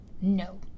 no